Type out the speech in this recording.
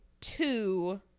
two